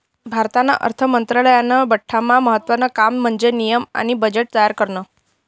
भारतना अर्थ मंत्रालयानं बठ्ठास्मा महत्त्वानं काम म्हन्जे नियम आणि बजेट तयार करनं